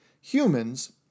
humans